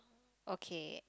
okay